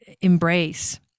embrace